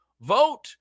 Vote